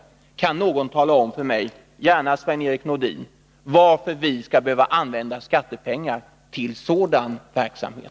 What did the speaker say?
Kan någon tala om för mig — gärna Sven-Erik Nordin — varför vi skall behöva använda skattepengar till sådan verksamhet?